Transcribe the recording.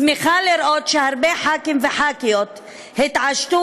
אני שמחה לראות שהרבה ח"כים וח"כיות התעשתו